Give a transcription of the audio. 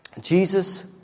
Jesus